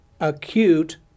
acute